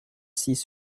six